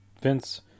Vince